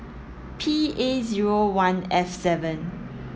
P A zero one F seven